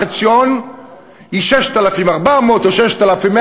החציון הוא 6,400 או 6,100,